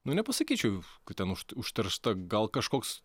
na nepasakyčiau kad ten užteršta gal kažkoks